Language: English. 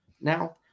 now